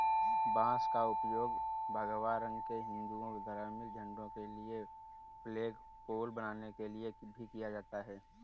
बांस का उपयोग भगवा रंग के हिंदू धार्मिक झंडों के लिए फ्लैगपोल बनाने के लिए भी किया जाता है